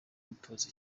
gutoza